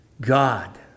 God